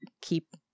keep